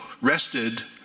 rested